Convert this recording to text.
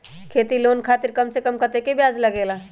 खेती लोन खातीर कम से कम कतेक ब्याज लगेला?